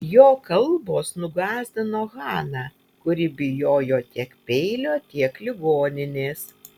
jo kalbos nugąsdino haną kuri bijojo tiek peilio tiek ligoninės